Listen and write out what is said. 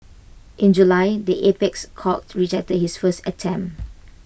in July the apex court rejected his first attempt